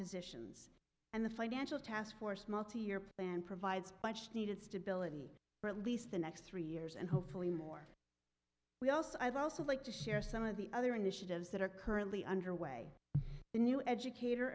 positions and the financial taskforce multi year plan provides bunched needed stability for at least the next three years and hopefully more we also i'd also like to share some of the other initiatives that are currently underway in new educator